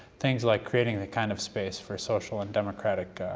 things like creating the kind of space for social and democratic